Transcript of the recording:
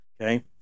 Okay